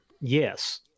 Yes